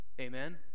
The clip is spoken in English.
Amen